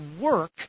work